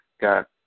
Got